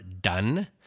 done